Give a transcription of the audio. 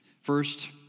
first